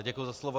Děkuji za slovo.